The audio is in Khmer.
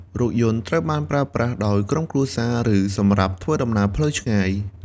រថយន្តត្រូវបានប្រើប្រាស់ដោយក្រុមគ្រួសារ ឬសម្រាប់ធ្វើដំណើរផ្លូវឆ្ងាយ។